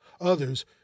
others